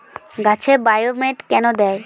গাছে বায়োমেট কেন দেয়?